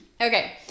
okay